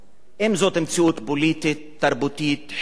אם זאת מציאות פוליטית, תרבותית וחינוכית,